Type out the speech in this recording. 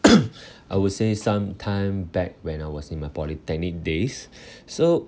I would say some time back when I was in my polytechnic days so